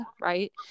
right